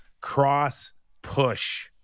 cross-push